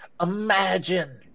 Imagine